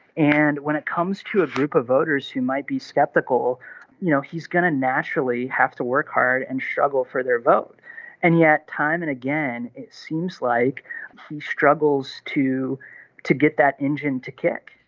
and when it comes to a group of voters who might be skeptical you know he's going to naturally have to work hard and struggle for their vote and yet time and again it seems like he struggles to to get that engine to kick